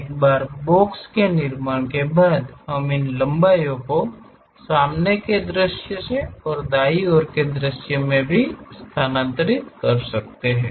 एक बार बॉक्स के निर्माण के बाद हम इन लंबाई को सामने के दृश्य से और दाईं ओर के दृश्य से भी स्थानांतरित कर सकते हैं